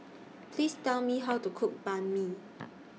Please Tell Me How to Cook Banh MI